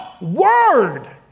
Word